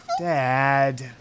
Dad